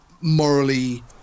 morally